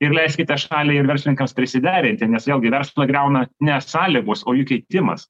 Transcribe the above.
ir leiskite šaliai ir verslininkams prisiderinti nes vėlgi verslą griauna ne sąlygos o jų keitimas